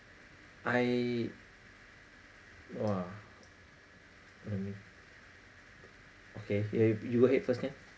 I !wah! let me okay yeah you go ahead first can